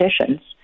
conditions